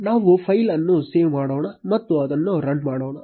ನಾವು ಫೈಲ್ ಅನ್ನು ಸೇವ್ ಮಾಡೋಣ ಮತ್ತು ಅದನ್ನು ರನ್ ಮಾಡೋಣ